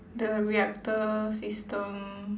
the reactor system